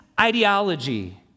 ideology